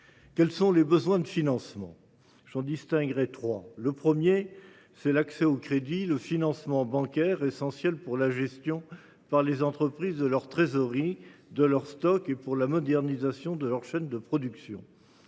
Quels sont les besoins de financement de ces entreprises ? J’en distinguerai trois. Le premier, c’est l’accès au crédit, le financement bancaire, essentiel pour la gestion par les entreprises de leur trésorerie, de leurs stocks et pour la modernisation de leurs chaînes de production.